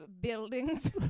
Buildings